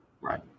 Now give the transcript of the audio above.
right